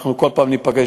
אנחנו כל פעם ניפגש,